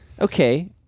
Okay